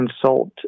consult